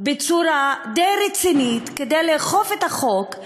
בצורה די רצינית כדי לאכוף את החוק,